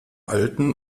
alten